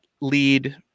lead